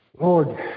Lord